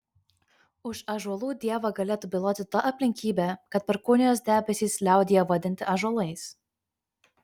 už ąžuolų dievą galėtų byloti ta aplinkybė kad perkūnijos debesys liaudyje vadinti ąžuolais